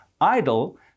Idle